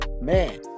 Man